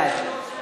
בעד.